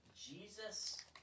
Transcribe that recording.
Jesus